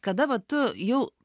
kada va tu jau